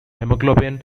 hemoglobin